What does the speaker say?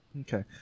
Okay